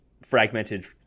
fragmented